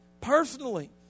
personally